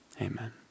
Amen